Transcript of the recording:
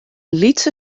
lytse